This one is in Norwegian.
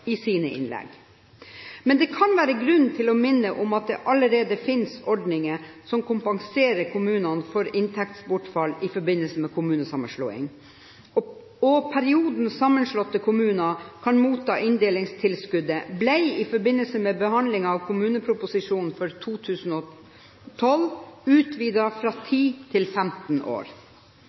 i sine innlegg. Det kan være grunn til å minne om at det allerede finnes ordninger som kompenserer kommuner for inntektsbortfall i forbindelse med kommunesammenslåing. Perioden som sammenslåtte kommuner kan motta inndelingstilskuddet, ble i forbindelse med behandlingen av kommuneproposisjonen for 2012 utvidet fra 10 til 15 år.